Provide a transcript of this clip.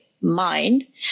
mind